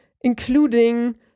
including